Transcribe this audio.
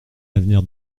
avenir